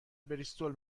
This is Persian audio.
بریستول